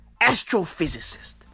Astrophysicist